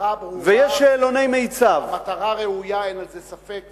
המטרה ראויה, אין בזה ספק.